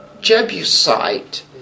Jebusite